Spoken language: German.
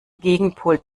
gegenpol